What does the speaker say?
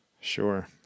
Sure